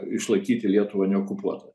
išlaikyti lietuvą neokupuotą